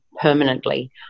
permanently